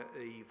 evil